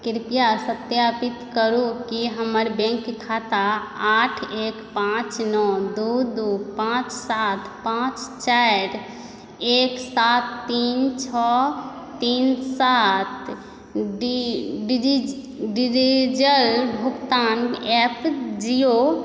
कृपया सत्यापित करू कि हमर बैंक खाता आठ एक पांच नओ दू दू पाँच सात पाँच चारि एक सात तीन छओ तीन सात डीजल भुगतान एप जिओ